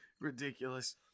ridiculous